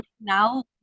now